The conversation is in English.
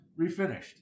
refinished